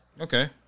Okay